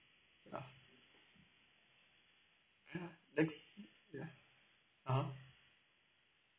uh ya ya (uh huh)